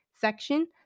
section